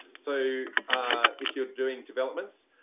so if you're doing developments,